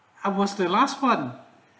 I was the last one